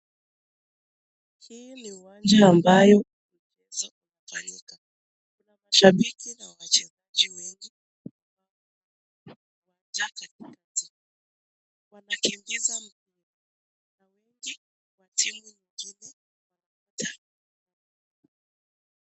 Hii ni uwanja ambayo mchezo inafanyika. Kuna wachezaji na mashabiki wengi. Wanakimbiza mchezaji wa timu ingine ya manjano.